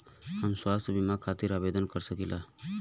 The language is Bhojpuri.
हम स्वास्थ्य बीमा खातिर आवेदन कर सकीला?